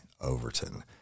Overton